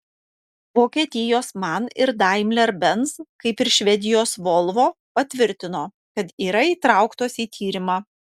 vokietijos man ir daimler benz kaip ir švedijos volvo patvirtino kad yra įtrauktos į tyrimą